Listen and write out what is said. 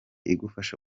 igufasha